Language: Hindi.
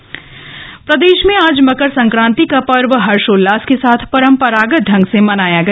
मकर संक्रांन्ति स्नान प्रदेश में आज मकर संक्रांति का पर्व हर्षोल्लास के साथ परम्परागत ढ़ग से मनाया गया